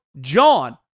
JOHN